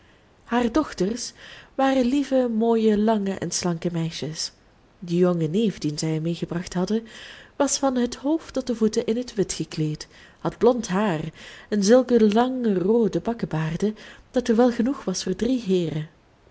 haar dochters waren lieve mooie lange en slanke meisjes de jonge neef dien zij meegebracht hadden was van het hoofd tot de voeten in het wit gekleed had blond haar en zulke lange roode bakkebaarden dat er wel genoeg was voor drie heeren